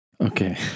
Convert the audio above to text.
Okay